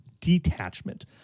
detachment